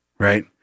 Right